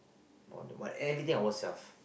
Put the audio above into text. what everything I work self